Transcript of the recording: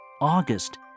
August